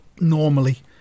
Normally